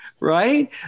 Right